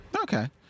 Okay